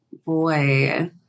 Boy